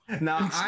No